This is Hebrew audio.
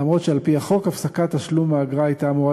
אף שעל-פי החוק הפסקת תשלום האגרה הייתה אמורה